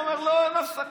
הוא אומר: לא, אין הפסקה.